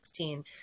2016